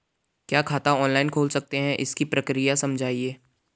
क्या खाता ऑनलाइन खोल सकते हैं इसकी प्रक्रिया समझाइए?